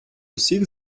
усіх